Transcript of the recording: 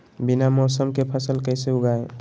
बिना मौसम के फसल कैसे उगाएं?